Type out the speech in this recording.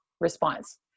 response